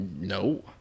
No